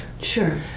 Sure